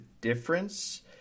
difference